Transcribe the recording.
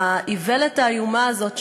האיוולת האיומה הזאת,